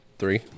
three